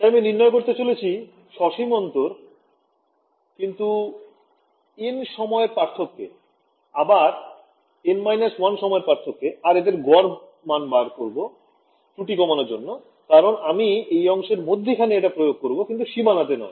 তাই আমি নির্ণয় করতে চলেছি সসীম অন্তর কিন্তু n সময় পার্থক্যে আবার n 1 সময় পার্থক্যে আর এদের গড় মান বের করবো ত্রুটি কমানর জন্য কারণ আমি এই অংশের মধ্যিখানে এটা প্রয়োগ করবো কিন্তু সীমানাতে নয়